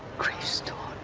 krzysztof